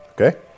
okay